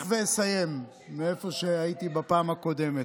ואסיים מאיפה שהייתי בפעם הקודמת,